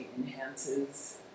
enhances